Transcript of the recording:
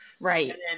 right